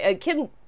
Kim